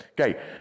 Okay